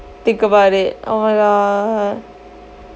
think about it oh my god